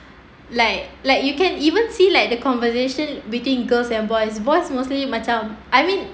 like like you can even see like the conversation between girls and boys boys mostly macam I mean